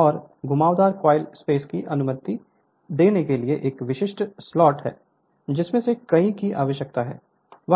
और घुमावदार coil space की अनुमति देने के लिए यह एक विशिष्ट स्लॉट है जिसमें से कई की आवश्यकता है